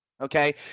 Okay